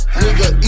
nigga